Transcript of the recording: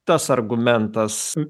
tas argumentas